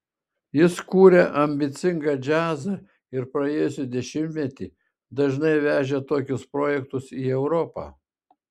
jis kūrė ambicingą džiazą ir praėjusį dešimtmetį dažnai vežė tokius projektus į europą